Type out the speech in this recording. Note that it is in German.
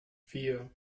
vier